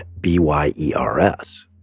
B-Y-E-R-S